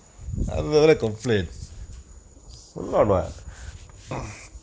mm